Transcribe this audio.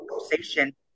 conversation